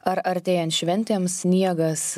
ar artėjant šventėms sniegas